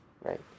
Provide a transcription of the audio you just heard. Right